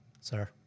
sir